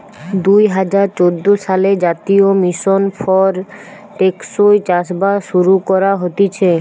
দুই হাজার চোদ্দ সালে জাতীয় মিশন ফর টেকসই চাষবাস শুরু করা হতিছে